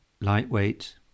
lightweight